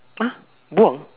!huh! beruang